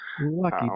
Lucky